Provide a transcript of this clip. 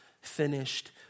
finished